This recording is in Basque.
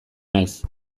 naiz